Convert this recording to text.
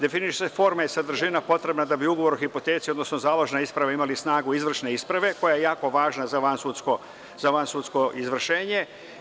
Definišu se forma i sadržina potrebne da bi ugovor o hipoteci, odnosno založna isprava, imali snagu izvršne isprave, koja je jako važna za vansudsko izvršenje.